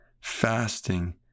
fasting